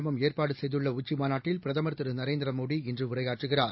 அமெரிக்க ந்திய ஏற்பாடுசெய்துள்ளஉச்சிமாநாட்டில் பிரதமர் திருநரேந்திரமோடி இன்றுஉரையாற்றுகிறார்